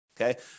Okay